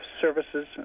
services